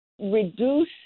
reduce